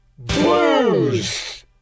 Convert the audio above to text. Blues